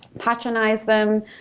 patronize them.